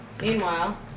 Meanwhile